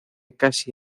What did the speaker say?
casi